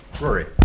Rory